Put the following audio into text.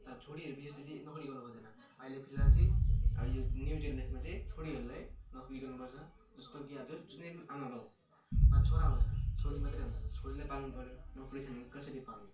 र छोरीहरू विशेष चाहिँ नोकरी गर्नु खोज्दैन अहिले फिलहाल चाहिँ यो न्यु जेनेरेसनमा चाहिँ छोरीहरूले नोकरी गर्नुपर्छ जस्तो कि आज जुनै आमाबाउमा छोरा हुँदैन छोरी मात्रै हुन्छ छोरीलाई पाल्नुपर्यो नोकरी छैन भने कसरी पाल्नु